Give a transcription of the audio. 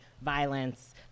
violence